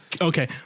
Okay